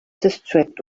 district